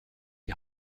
die